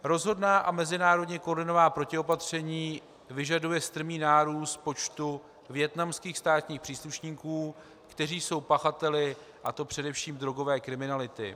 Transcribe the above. Rozhodná a mezinárodně koordinovaná protiopatření vyžaduje strmý nárůst počtu vietnamských státních příslušníků, kteří jsou pachateli, a to především drogové kriminality.